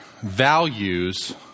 values